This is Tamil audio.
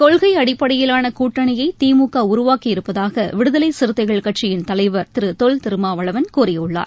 கொள்கை அடிப்படையிலாள கூட்டணியை திமுக உருவாக்கி இருப்பதாக விடுதலை சிறுத்தைகள் கட்சியின் தலைவர் திரு தொல் திருமாவளவன் கூறியுள்ளார்